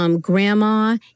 Grandma